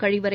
கழிவறை